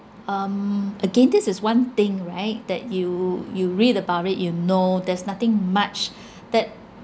um again this is one thing right that you you read about it you know there's nothing much that